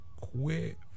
quit